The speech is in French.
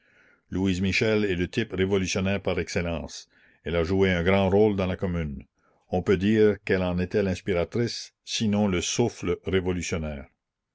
louise michel est le type révolutionnaire par excellence elle a joué un grand rôle dans la commune on peut dire qu'elle en était l'inspiratrice sinon le souffle révolutionnaire